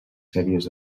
sèries